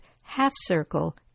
half-circle